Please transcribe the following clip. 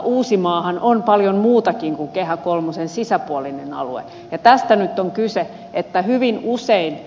uusimaahan on paljon muutakin kuin kehä kolmosen sisäpuolinen alue ja tästä nyt on kyse että hyvin usein